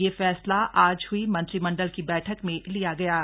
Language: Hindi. यह फैसला आज हई मंत्रिमंडल की बैठक में लिया गया है